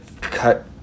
cut